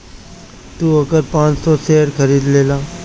तू ओकर पाँच सौ शेयर खरीद लेला